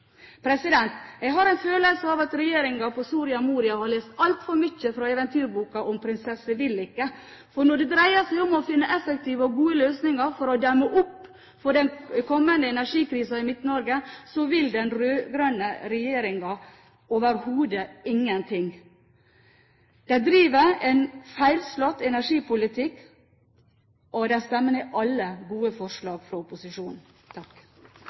Jeg har en følelse av at regjeringen på Soria Moria har lest altfor mye fra eventyrboken om «prinsesse vil ikke», for når det dreier seg om å finne effektive og gode løsninger for å demme opp for den kommende energikrisen i Midt-Norge, vil den rød-grønne regjeringen overhodet ingen ting. Den driver en feilslått energipolitikk, og den stemmer ned alle gode forslag fra opposisjonen.